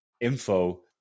info